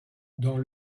dans